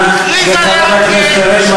הטעויות ההיסטוריות נעשו, אבל בוא נתקן אותן למען